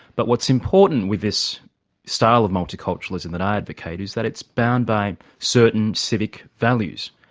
but what's important with this style of multiculturalism that i advocate is that it's bound by certain civic values.